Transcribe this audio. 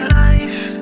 life